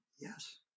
yes